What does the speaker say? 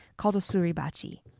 called a suribachi.